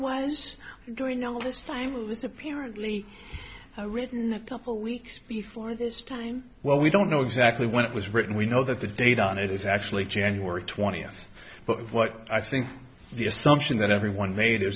was doing no this time this apparently written a couple weeks before this time well we don't know exactly when it was written we know that the date on it is actually january twentieth but what i think the assumption that everyone ma